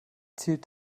zielt